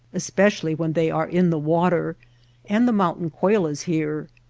especially when they are in the water and the mountain-quail is here.